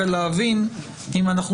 ומה שאני מבין כרגע שאם זה בתוך שלוש השנים,